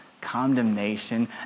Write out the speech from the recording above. condemnation